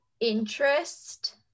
interest